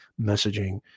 messaging